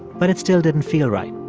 but it still didn't feel right.